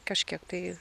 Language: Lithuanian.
kažkiek tai